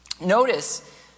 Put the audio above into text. Notice